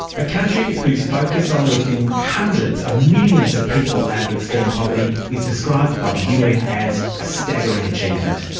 a country whose focus on lifting hundreds of millions of people out of extreme poverty is described by the un as a staggering achievement,